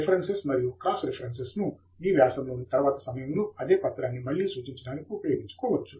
references మరియు cross references ను మీ వ్యాసంలోని తరువాతి సమయంలో అదే పత్రాన్ని మళ్ళీ సూచించడానికి ఉపయోగించుకోవచ్చు